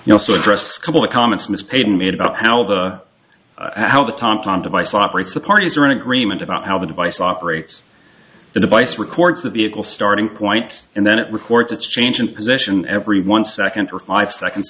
you know so it rests couple of comments miss peyton made about how the how the tom tom device operates the parties are in agreement about how the device operates the device records the vehicle starting points and then it records its change in position every one second for five seconds